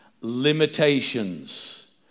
limitations